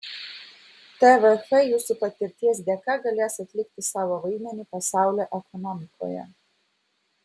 tvf jūsų patirties dėka galės atlikti savo vaidmenį pasaulio ekonomikoje